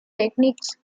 techniques